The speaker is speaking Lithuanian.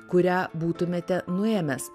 kurią būtumėte nuėmęs